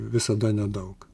visada nedaug